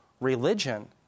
religion